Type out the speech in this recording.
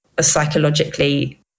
psychologically